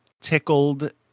tickled